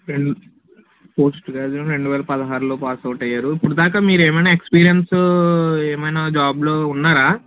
పెల్ post graduation రెండు వేల పదహారులో పాస్ అవుట్ అయ్యారు ఇప్పటిదాకా మీరు ఏమైనా ఎక్స్పీరియన్స్ ఏమైనా జాబ్లో ఉన్నారా